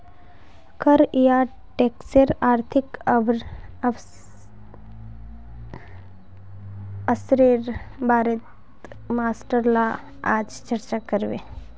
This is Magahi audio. कर या टैक्सेर आर्थिक असरेर बारेत मास्टर ला आज चर्चा करबे